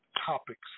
topics